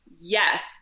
yes